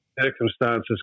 Circumstances